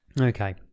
Okay